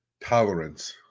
tolerance